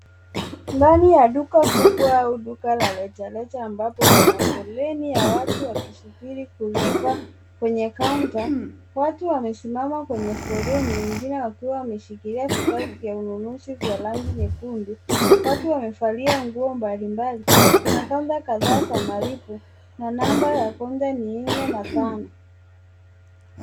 Ndani ya duka kubwa au duka la rejareja ambapo kuna foleni ya watu wakisubiri kulipa kwenye kaunta. Watu wamesimama kwenye foleni wengine wakiwa wameshikilia vikapu vya ununuzi vya rangi nyekundu .Watu wamevalia nguo mbalimbali. Kuna kaunta kadhaa za malipo na namba ya kunta ni nne na tano.